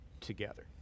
together